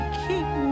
keep